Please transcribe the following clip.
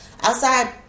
Outside